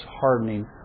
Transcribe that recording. hardening